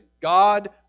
God